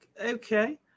okay